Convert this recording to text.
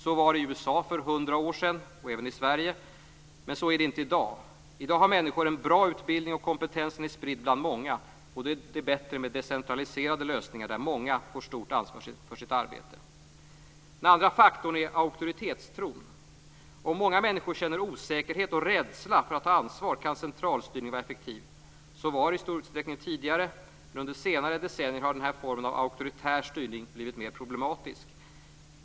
Så var det för 100 år sedan i USA och även i Sverige, men så är det inte i dag. Nu har människor en bra utbildning, och eftersom kompetensen är spridd bland många är det bättre med decentraliserade lösningar, där många människor får stort ansvar för sitt arbete. Den andra faktorn är auktoritetstron. Om många människor känner osäkerhet och rädsla inför att ta ansvar, kan centralstyrning vara effektiv. Så var det i stor utsträckning tidigare, men under senare decennier har denna form av auktoritär styrning blivit mer problematisk.